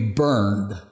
burned